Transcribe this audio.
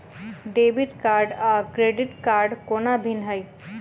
Debit card आ credit कोना भिन्न है?